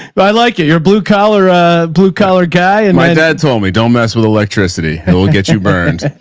but i like it. you're a blue collar, a blue collar guy. and my dad told me don't mess with electricity and we'll get you burned.